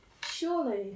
Surely